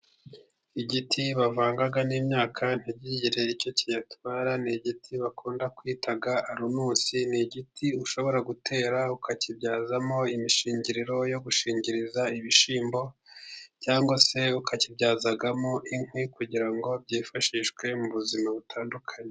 Igiti bavanga n'imyaka ntikigire icyo kiyitwara. Ni igiti bakunda kwita runusi. Ni igiti ushobora gutera ukakibyazamo imishingiriro yo gushingiriza ibishyimbo, cyangwa se ukakibyazamo inkwi kugira ngo zifashishwe mu buzima butandukanye.